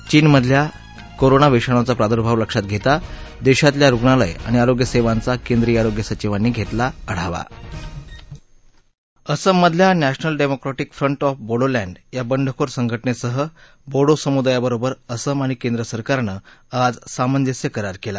चीनमधला corona विषाणूचा प्रादुर्भाव लक्षात घेता देशातल्या रुग्णालय आणि आरोग्य सेवांचा केंद्रीय आरोग्य सचिवांनी घेतला आढावा असममधल्या National Democratic Front of Bodoland या बंडखोर संघटनेसह बोडो समुदायाबरोबर असम आणि केंद्र सरकारनं आज सामंजस्य करार केला